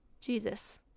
Jesus